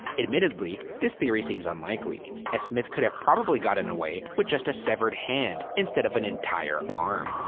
admittedly, this theory seems unlikely, as smith could have probably gotten away with just a severed hand instead of an entire arm.